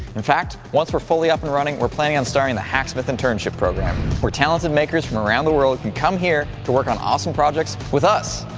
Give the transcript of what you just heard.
in fact, once we're fully up and running we're planning on starting the hacksmith internship program, where talented makers from around the world can come here to work on awesome projects with us!